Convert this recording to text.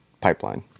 pipeline